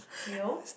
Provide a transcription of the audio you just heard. you know